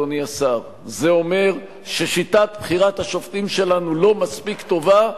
אדוני השר: זה אומר ששיטת בחירת השופטים שלנו לא מספיק טובה,